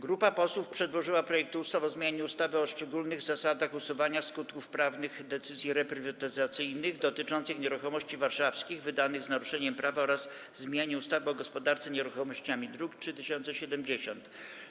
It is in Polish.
Grupa posłów przedłożyła projekt ustawy o zmianie ustawy o szczególnych zasadach usuwania skutków prawnych decyzji reprywatyzacyjnych dotyczących nieruchomości warszawskich, wydanych z naruszeniem prawa oraz zmianie ustawy o gospodarce nieruchomościami, druk nr 3070.